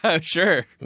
sure